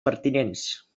pertinents